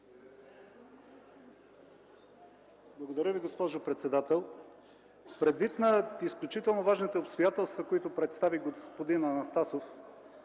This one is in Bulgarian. Благодаря Ви, госпожо председател. Предвид изключително важните обстоятелства, които представи господин Анастасов